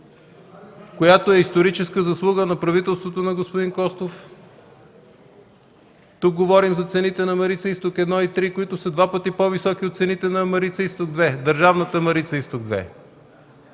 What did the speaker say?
която е историческа заслуга на правителството на господин Костов. Тук говорим за цените на „Марица-Изток 1 и 3”, които са два пъти по-високи от цените на „Марица-Изток 2” – държавната „Марица Изток 2”.